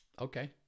okay